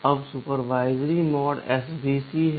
अब supervisory mode svc है